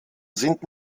sind